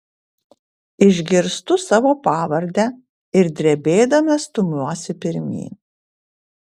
išgirstu savo pavardę ir drebėdama stumiuosi pirmyn